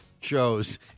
shows